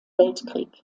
weltkrieg